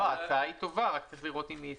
ההצעה טובה רק צריך לראות אם היא ישימה.